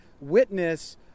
witness